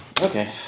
Okay